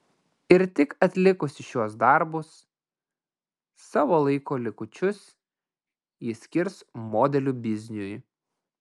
ir tik atlikusi šiuos darbus savo laiko likučius ji skirs modelių bizniui